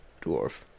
dwarf